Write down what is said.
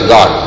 God